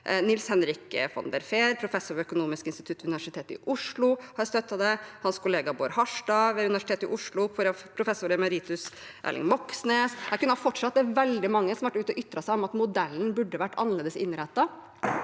Nils-Henrik M. von der Fehr, professor ved Økonomisk institutt ved Universitetet i Oslo, har støttet det, hans kollega Bård Harstad ved Universitetet i Oslo, professor emeritus Erling Moxnes – jeg kunne ha fortsatt. Det er veldig mange som har vært ute og ytret seg om at modellen burde vært annerledes innrettet.